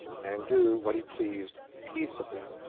and do what he pleased peaceably.